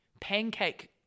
pancake